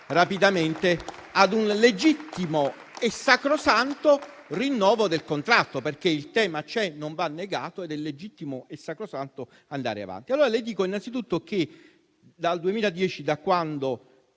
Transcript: rapidamente ad un legittimo e sacrosanto rinnovo del contratto. Il tema c'è, non va negato ed è legittimo e sacrosanto andare avanti. Allora io le dico, innanzitutto, che dal 2010, da quando